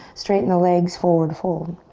straighten the legs, forward fold.